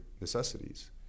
necessities